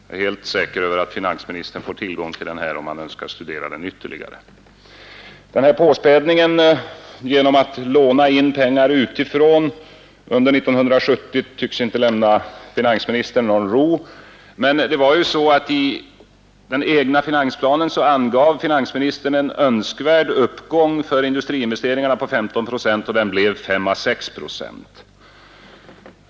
Jag är helt säker på att finansministern får tillgång till denna motion, om han önskar studera den ytterligare. Påspädningen genom att man 1970 kunde ha lånat pengar utifrån tycks inte lämna finansministern någon ro. Men i den egna finansplanen angav ju finansministern en önskvärd uppgång med 15 procent av industriinvesteringarna, och det blev 5 å 6 procent.